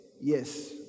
yes